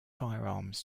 firearms